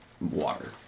water